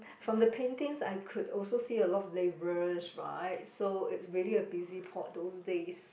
from the paintings I could also see a lot of labourers right so it's really a busy port those days